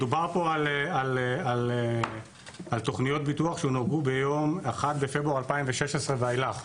מדובר פה על תוכניות ביטוח שהונהגו ביום 1 בפברואר 2016 ואילך.